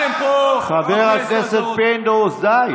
אתם פה בכנסת הזאת, חבר הכנסת פינדרוס, די.